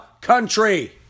country